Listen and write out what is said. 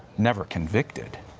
never convicted.